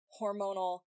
hormonal